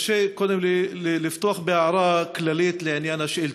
תרשה קודם לפתוח בהערה כללית לעניין השאילתות.